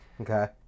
okay